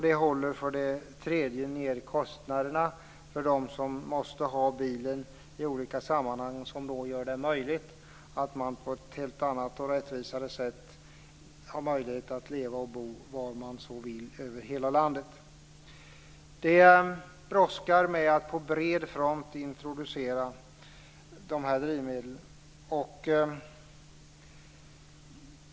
Det håller för det tredje nere kostnaderna för dem som måste ha bilen i olika sammanhang och gör därmed att man på ett helt annat och rättvisare sätt har möjlighet att leva och bo var man vill över hela landet. Det brådskar att på bred front introducera de här drivmedlen.